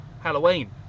Halloween